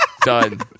Done